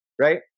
right